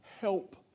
help